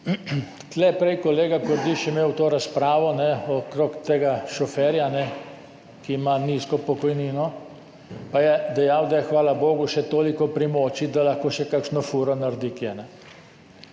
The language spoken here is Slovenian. imel prej kolega Kordiš razpravo o tem šoferju, ki ima nizko pokojnino, pa je dejal, da je, hvala bogu, še toliko pri moči, da lahko še kakšno furo naredi kje.